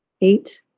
eight